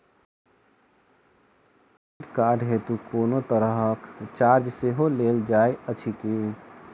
Credit card हेतु कोनो तरहक चार्ज सेहो लेल जाइत अछि की?